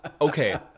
okay